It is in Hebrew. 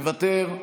מוותר,